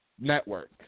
network